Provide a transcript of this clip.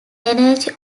energy